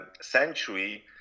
century